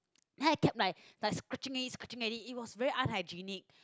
then I kept like scratching already scratching already it was very unhygienic